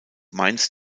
mainz